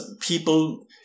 People